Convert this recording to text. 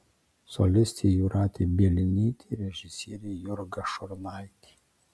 solistė jūratė bielinytė režisierė jurga šurnaitė